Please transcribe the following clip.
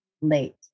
late